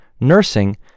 nursing